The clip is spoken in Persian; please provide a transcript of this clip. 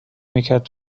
میکرد